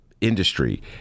industry